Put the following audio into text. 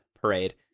Parade